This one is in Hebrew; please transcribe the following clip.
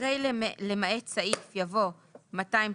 אחרי "למעט סעיף" יבוא "297א,